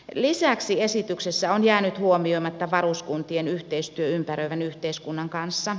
lisäksi esityksessä on jäänyt huomioimatta varuskuntien yhteistyö ympäröivän yhteiskunnan kanssa